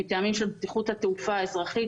מטעמים של בטיחות התעופה האזרחית,